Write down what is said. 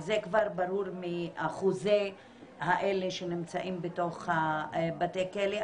זה כבר ברור מאחוזי אלה שנמצאים בתוך בתי הכלא,